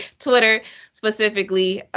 twitter specifically.